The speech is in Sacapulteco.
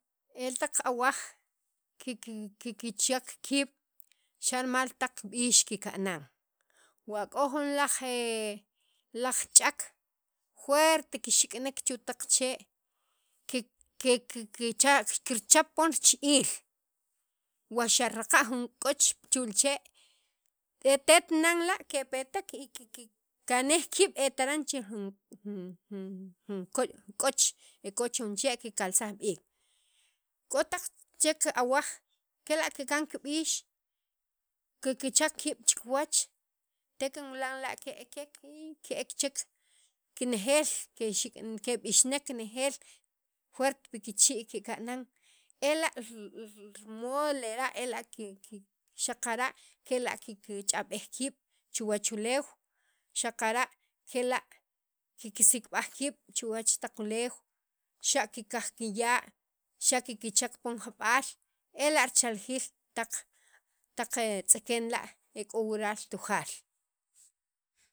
Etaq awaj kiki kiki chak kiib' xa rimal taq b'iix kikanan wa k'o jun laj ch'ak juert kixik'inek chu' taq chee' kiki kir kirchak pon richib'il wa xa' raqa' jun jun k'och chu' chee' tet nan la' kepetek y kikikanij kiib' e taran chirij jun jun koch k'och e k'o chu' jun chee' kikalsaj b'iik k'o taq chek awaaj kela' kikan kib'iix kikichak kiib' chikiwach te kinwilan la' ke'ekek ke'ek chek kinejel kexiknek keb'ixnek kinejel juert pi kichii' kikanan ela' rimodo lera' ela' kiki kiki xaqara' kiki kich'ab'ej kiib' chuwach uleew xaqara' kela' kiksik'b'aj kiib' chuwach taq uleew xa' kikaj kiya' xakikichak pon jab'al ela' richaljiil taq taq tz'iken la' ek'o wural Tujaal.